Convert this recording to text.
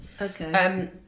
Okay